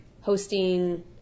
hosting